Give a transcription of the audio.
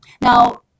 Now